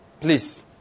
Please